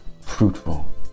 fruitful